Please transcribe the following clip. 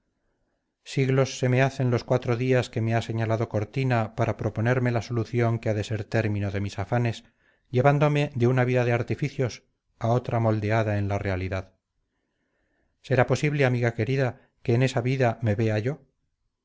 siglos se me hacen los cuatro días que me ha señalado cortina para proponerme la solución que ha de ser término de mis afanes llevándome de una vida de artificios a otra moldeada en la realidad será posible amiga querida que en esa vida me vea yo